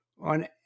on